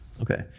Okay